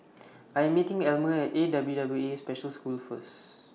I'm meeting Almer At A W W A Special School First